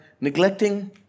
neglecting